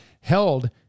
held